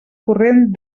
corrent